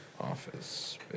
Office